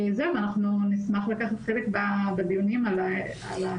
אנחנו נשמח לקחת חלק בדיונים על ההצעה.